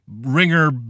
Ringer